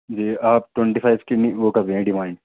جی آپ twenty five کی وہ کر رہی ہیں ڈیمانڈ